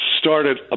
started